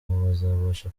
bazabasha